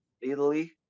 italy